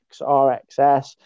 RXS